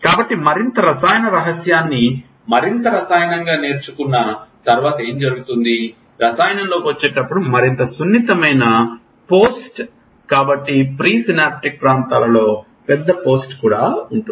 కాబట్టి మరింత రసాయన రహస్యాన్ని మరింత రసాయనంగా నేర్చుకున్న తర్వాత ఏమి జరుగుతుంది రసాయనంలోకి వచ్చేటప్పుడు మరింత సున్నితమైన పోస్ట్ కాబట్టి ప్రిస్నాప్టిక్ ప్రాంతాలలో పెద్ద పోస్ట్ ఉంటుంది